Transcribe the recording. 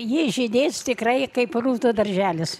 ji žydės tikrai kaip rūtų darželis